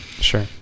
sure